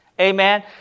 Amen